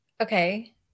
Okay